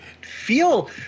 feel